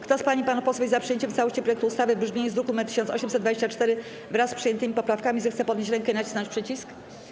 Kto z pań i panów posłów jest za przyjęciem w całości projektu ustawy w brzmieniu z druku nr 1824, wraz z przyjętymi poprawkami, zechce podnieść rękę i nacisnąć przycisk.